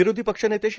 विरोधी पक्षनेते श्री